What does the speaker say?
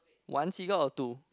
once he go to